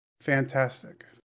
fantastic